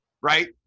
right